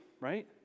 right